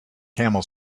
camel